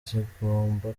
zigomba